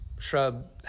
shrub